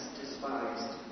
despised